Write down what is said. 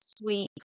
Sweet